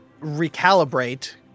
recalibrate